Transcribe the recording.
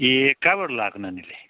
ए कहाँबाट लगाएको नानीले